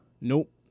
Nope